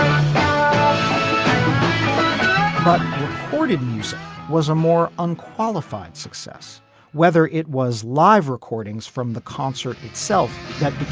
um recorded music was a more unqualified success whether it was live recordings from the concert itself that